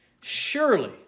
Surely